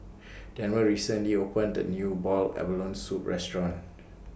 Denver recently opened A New boiled abalone Soup Restaurant